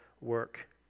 work